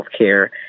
healthcare